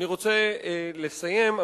אני רוצה לסיים,